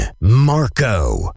Marco